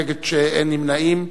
בעד, 5, נגד, 2, אין נמנעים.